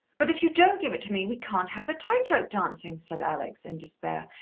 but if you don't give it to me we can't have the tight-rope dancing, said alex in despair.